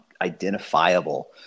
identifiable